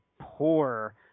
poor